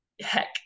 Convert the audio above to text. heck